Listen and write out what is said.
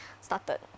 started